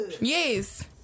Yes